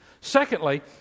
Secondly